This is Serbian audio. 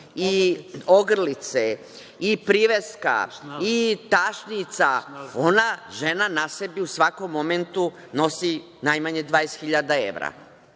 i ogrlice i priveska i tašnica. Ona žena na sebi u svakom momentu nosi najmanje 20.000 evra.